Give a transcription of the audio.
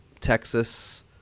Texas